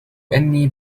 أني